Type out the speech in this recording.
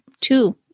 two